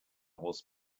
horse